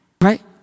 right